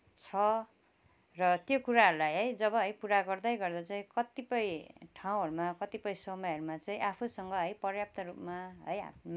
छ र त्यो कुराहरूलाई है जब है पुरा गर्दै गर्दा चाहिँ कतिपय ठाउँहरूमा कतिपय समयहरूमा चाहिँ आफुसँग है प्रयाप्त रूपमा है हातमा